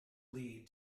lead